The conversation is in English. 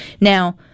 Now